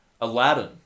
Aladdin